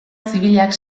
zibilak